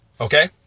Okay